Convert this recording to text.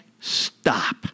stop